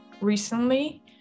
recently